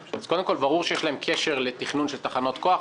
ברור שיש להם קשר לתכנון של תחנות כוח,